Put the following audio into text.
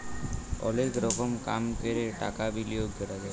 অলেক রকম কাম ক্যরে টাকা বিলিয়গ ক্যরা যায়